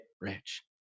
rich